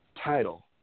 title